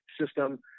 system